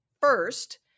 First